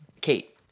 Kate